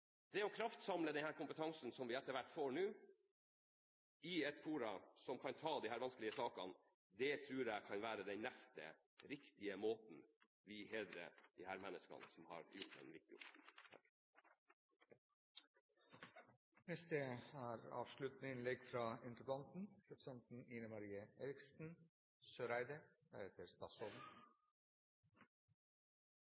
å kraftsamle den kompetansen som vi etter hvert får, i ett forum som kan ta hånd om disse vanskelige sakene, tror jeg kan være den neste, riktige måten vi hedrer disse menneskene, som har gjort en viktig